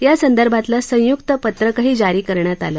या संदर्भातलं संयुक्त पत्रकही जारी करण्यात आलं